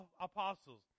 apostles